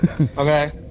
Okay